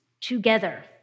together